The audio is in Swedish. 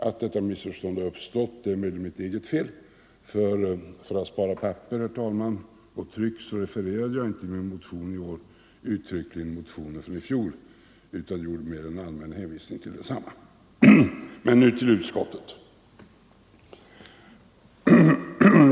Att detta missförstånd uppstått är emellertid mitt eget fel; för att spara papper och tryck refererade jag i årets motion inte min motion från i fjol utan gjorde bara en allmän hänvisning till denna. Men nu till utskottet!